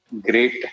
great